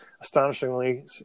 astonishingly